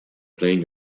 playing